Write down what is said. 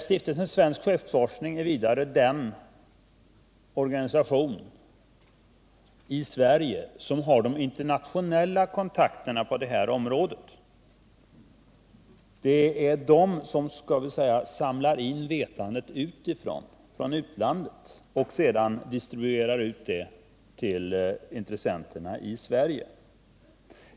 Stiftelsen Svensk skeppsforskning är vidare den organisation i Sverige som har de internationella kontakterna på detta område. Det är den här stiftelsen som samlar in vetandet i utlandet och sedan distribuerar ut det till intressenterna i Sverige.